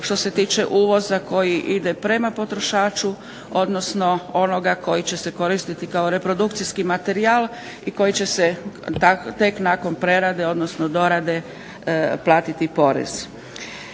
što se tiče uvoza koji ide prema potrošaču, odnosno onoga koji će se koristiti kao reprodukcijski materijal i koji će se tek nakon prerade, odnosno dorade platiti porez.